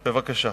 בבקשה.